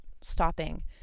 stopping